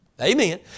Amen